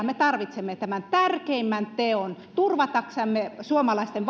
me tarvitsemme tämän tärkeimmän teon turvataksemme suomalaisten